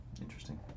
Interesting